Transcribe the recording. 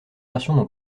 versions